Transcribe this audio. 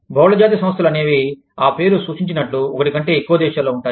బహుళజాతి సంస్థలు అనేవి ఆ పేరు సూచించినట్లు ఒకటి కంటే ఎక్కువ దేశాలలో ఉంటాయి